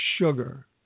sugar